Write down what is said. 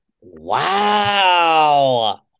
Wow